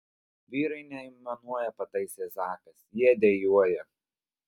vyrai neaimanuoja pataisė zakas jie dejuoja